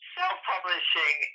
self-publishing